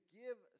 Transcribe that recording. give